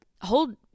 hold